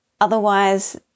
Otherwise